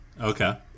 Okay